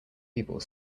people